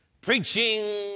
preaching